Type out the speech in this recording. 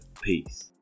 Peace